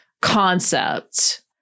concept